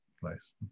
place